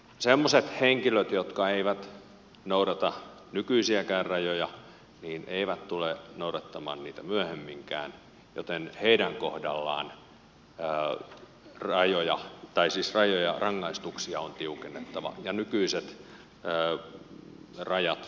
semmoiset henkilöt jotka eivät noudata nykyisiäkään rajoja eivät tule noudattamaan niitä myöhemminkään joten heidän kohdallaan ja rajoja tai siis rajoja rangaistuksia on tiukennettava ja nykyiset rajat mahdollistavat sen